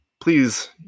Please